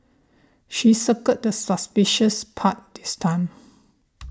she circled the suspicious part this time